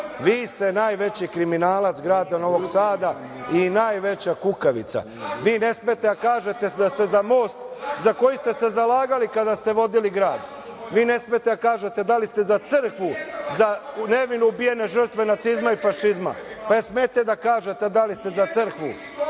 Vi ste najveći kriminalac grada Novog Sada i najveća kukavica. Vi ne smete da kažete da ste za most, za koji ste se zalagali, kada ste vodili grad, ne smete da kažete da li ste za crkvu, za nevino ubijene žrtve nacizma i fašizma. Jel smete da kažete da li ste za crkvu?